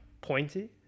pointy